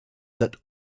that